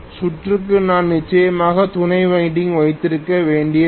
சுற்றுக்கு நான் நிச்சயமாக துணை வைண்டிங் வைத்திருக்க வேண்டியதில்லை